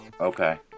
Okay